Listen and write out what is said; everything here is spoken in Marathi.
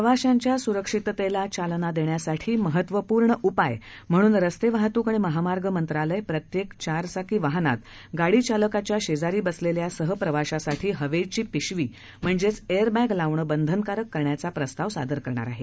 प्रवाशांच्या स्रक्षिततेला चालना देण्यासाठी महत्वपूर्ण उपाय म्हणून रस्ते वाहत्क आणि महामार्ग मंत्रालय प्रत्येक चारचाकी वाहनात गाडीचालकाच्या शेजारी बसलेल्या सहप्रवाशासाठी हवेची पिशवी म्हणजेच एअर बॅग लावणं बंधनकारक करण्याचा प्रस्ताव सादर करणार आहे